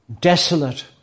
desolate